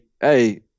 hey